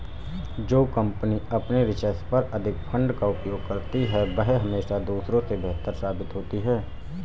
जो कंपनी अपने रिसर्च पर अधिक फंड का उपयोग करती है वह हमेशा दूसरों से बेहतर साबित होती है